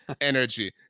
energy